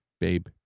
babe